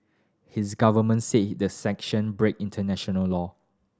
his government says the sanctions break international law